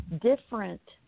different